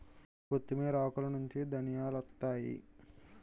కొత్తిమీర ఆకులనుంచి ధనియాలొత్తాయి